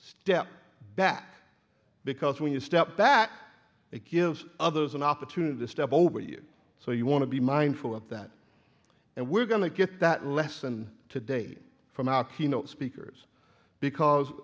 step back because when you step that it gives others an opportunity to step over you so you want to be mindful of that and we're going to get that lesson today from our keynote speakers because